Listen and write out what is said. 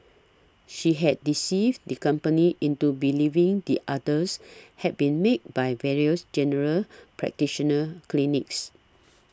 she had deceived the company into believing the others had been made by various general practitioner clinics